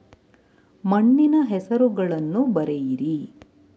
ಮಣ್ಣಿನ ಹೆಸರುಗಳನ್ನು ಬರೆಯಿರಿ